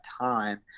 time